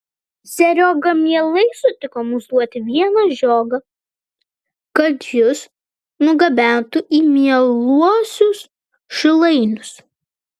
serioga mielai sutiko mums duoti vieną žiogą kad jus nugabentų į mieluosius šilainius